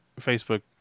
Facebook